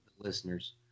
listeners